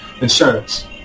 insurance